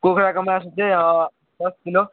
कुखुराको मासु चाहिँ दस किलो